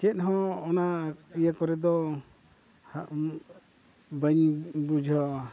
ᱪᱮᱫ ᱦᱚᱸ ᱚᱱᱟ ᱤᱭᱟᱹ ᱠᱚᱨᱮ ᱫᱚ ᱦᱟᱜ ᱵᱟᱹᱧ ᱵᱩᱡᱷᱟᱹᱣᱟ